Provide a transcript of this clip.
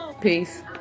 Peace